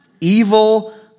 evil